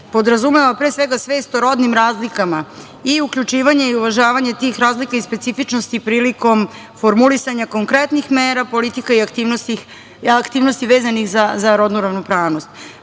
podrazumeva, pre svega, svest o rodnim razlikama i uključivanje i uvažavanje tih razlika i specifičnosti prilikom formulisanja konkretnih mera, politika i aktivnosti vezanih za rodnu ravnopravnost.